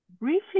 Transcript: briefly